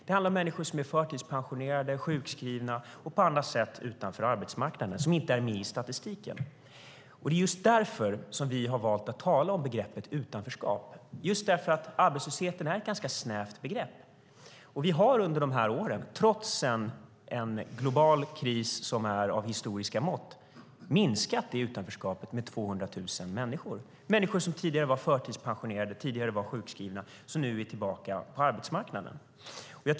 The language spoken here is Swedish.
Det är människor som är förtidspensionerade, sjukskrivna och på andra sätt utanför arbetsmarknaden och som inte är med i statistiken. Vi har valt att använda ordet utanförskap eftersom arbetslöshet är ett ganska snävt begrepp. Under de här åren har vi, trots en global kris av historiska mått, minskat utanförskapet med 200 000 människor. Det är människor som tidigare var förtidspensionerade eller sjukskrivna och som nu är tillbaka på arbetsmarknaden.